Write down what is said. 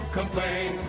complain